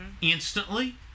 instantly